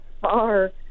far